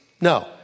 No